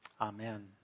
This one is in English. Amen